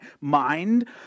mind